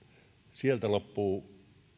sieltä loppuu